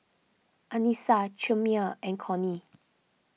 Anissa Chimere and Cornie